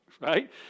Right